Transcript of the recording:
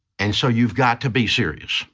and so you've got to be serious.